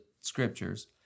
scriptures